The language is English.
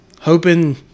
Hoping